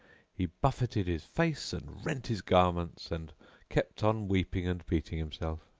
he buffeted his face and rent his garments and kept on weeping and beating himself.